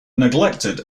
neglected